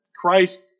Christ